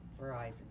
Verizon